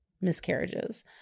miscarriages